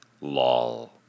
Lol